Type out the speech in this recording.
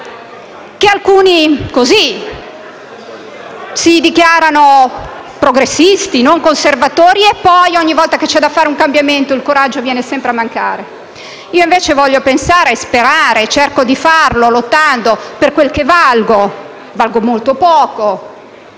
cui alcuni si dichiarano progressisti e non conservatori, e poi, ogni volta che c'è da fare un cambiamento, il coraggio viene sempre a mancare. Io invece voglio sperare lottando - per quel che valgo, cioè molto poco,